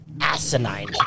asinine